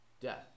death